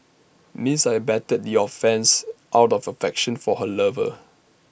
Miss I abetted your offences out of affection for her lover